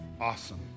Awesome